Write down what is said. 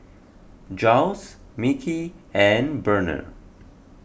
Jiles Micky and Burnell